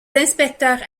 inspecteurs